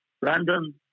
Brandon